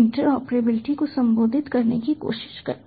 interoperability को संबोधित करने की कोशिश करता है